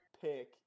pick